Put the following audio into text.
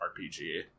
RPG